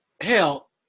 hell